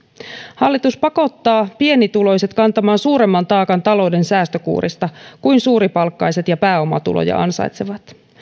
hallitus pakottaa pienituloiset kantamaan suuremman taakan talouden säästökuurista kuin suuripalkkaiset ja pääomatuloja ansaitsevat